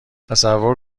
تصور